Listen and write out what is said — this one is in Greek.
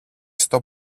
στο